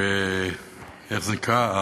ואיך זה נקרא?